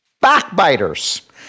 backbiters